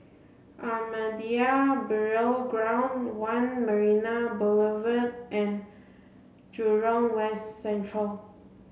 Ahmadiyya Burial Ground One Marina Boulevard and Jurong West Central